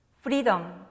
Freedom